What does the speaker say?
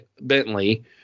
Bentley